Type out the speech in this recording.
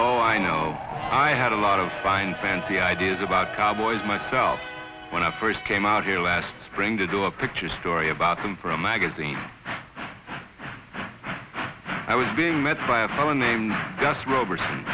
oh i know i had a lot of fine fancy ideas about cowboys myself when i first came out here last spring to do a picture story about them for a magazine i was being met by a fellow name